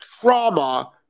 trauma